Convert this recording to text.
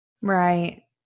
Right